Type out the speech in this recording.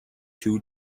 two